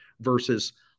versus –